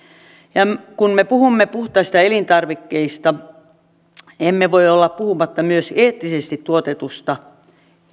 ja kun me puhumme puhtaista elintarvikkeista emme voi olla puhumatta myös eettisesti tuotetuista